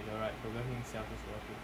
you know right burger king sells a lot of things